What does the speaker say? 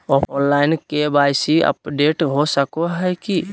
Online KYC update हो सको है की?